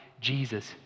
Jesus